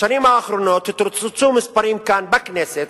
בשנים האחרונות התרוצצו מספרים כאן בכנסת,